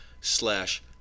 slash